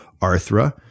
Arthra